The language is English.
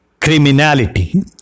criminality